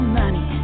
money